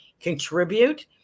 contribute